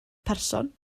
person